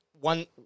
one